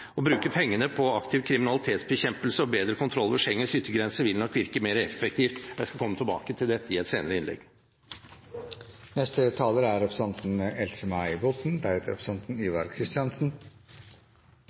Å bruke pengene på aktiv kriminalitetsbekjempelse og bedre kontroll ved Schengens yttergrenser vil nok virke mer effektivt. Jeg skal komme tilbake til dette i et senere innlegg. EØS-avtalen knytter Norge til EUs indre marked og utgjør selve fundamentet i